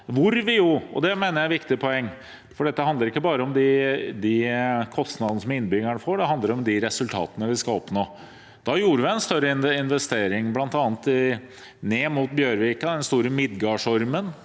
byråd i Oslo. Dette mener jeg er et viktig poeng, for det handler ikke bare om de kostnadene som innbyggerne får, det handler om de resultatene vi skal oppnå: Der gjorde vi en større investering, bl.a. ned mot Bjørvika, den store Midgardsormen.